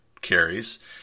carries